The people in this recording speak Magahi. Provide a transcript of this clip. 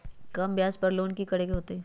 कम ब्याज पर लोन की करे के होतई?